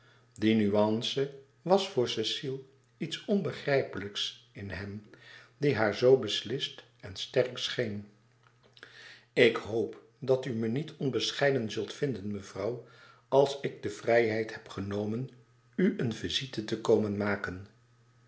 die nuance was voor cecile iets onbegrijpelijks in hem die haar zoo beslist en sterk scheen ik hoop dat u me niet onbescheiden zult vinden mevrouw als ik de vrijheid heb genomen u een visite te komen maken